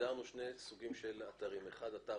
הגדרנו שני סוגים של אתרים: אתר